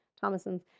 Thomason's